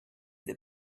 the